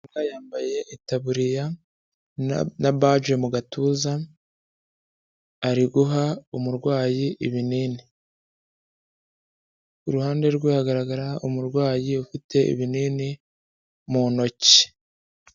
Muganga yambaye itaburiya na baji mu gatuza, ari guha umurwayi ibinini, ku ruhande rwe hagaragara umurwayi ufite ibinini mu ntoki.